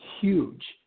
huge